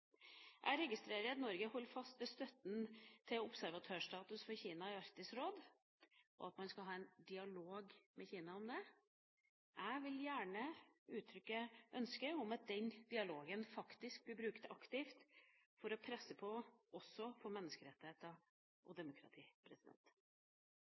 Jeg registrerer at Norge holder fast på støtten som gjelder observatørstatus for Kina i Arktisk råd, og at man skal ha en dialog med Kina om det. Jeg vil gjerne uttrykke ønske om at den dialogen faktisk blir brukt aktivt for å presse på også for menneskerettigheter og demokrati. Vel så viktig som det